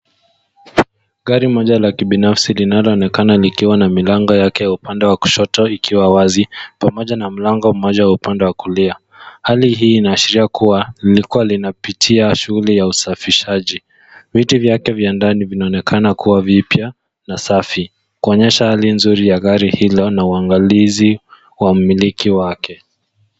Gari moja la kibinafsi linaloonekana likiwa na milango yake wa upande wa kushoto ikiwa wazi, pamoja na mlango mmoja wa upande wa kulia. Hali hii inaashiria kuwa lilikuwa linapitia shughuli ya usafishaji. Viti vyake vya ndani vinaoenakana kuwa vipya na safi, kuonyesha hali nzuri ya gari hilo na uangalizi wa mmiliki wake.